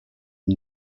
une